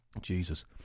Jesus